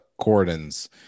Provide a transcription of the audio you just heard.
cordons